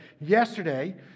yesterday